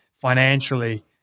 financially